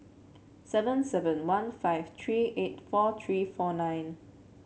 seven seven one five three eight four three four nine